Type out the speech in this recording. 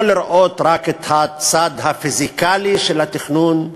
לא לראות רק את הצד הפיזיקלי של התכנון,